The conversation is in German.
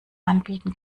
anbieten